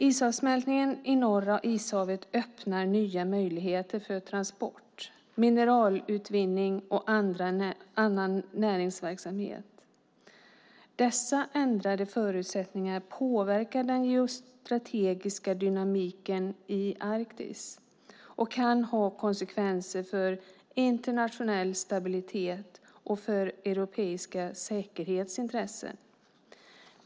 Isavsmältningen i Norra ishavet öppnar nya möjligheter för transport, mineralutvinning och annan näringsverksamhet. Dessa ändrade förutsättningar påverkar den geostrategiska dynamiken i Arktis och kan ha konsekvenser för internationell stabilitet och för europeiska säkerhetsintressen.